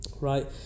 right